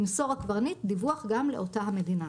ימסור הקברניט דיווח גם לאותה המדינה.